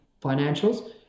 financials